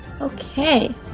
Okay